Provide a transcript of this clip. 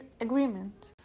Agreement